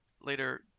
Later